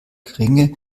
geringe